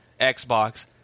Xbox